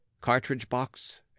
cartridge-box